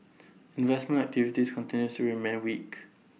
investment activities continues to remain weak